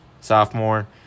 sophomore